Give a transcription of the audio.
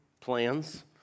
plans